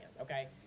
okay